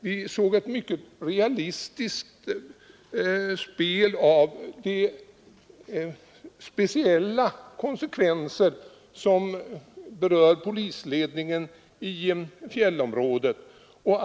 Vi såg ett mycket realistiskt spel om de speciella konsekvenserna för polisledningen i fjällområdet.